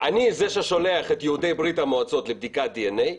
אני זה ששולח את יהודי ברית המועצות לבדיקת דנ"א,